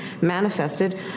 manifested